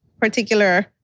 particular